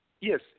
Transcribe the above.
yes